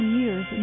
years